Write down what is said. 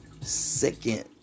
second